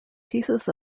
pieces